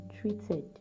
treated